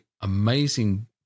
amazing